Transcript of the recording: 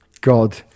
God